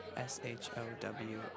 S-H-O-W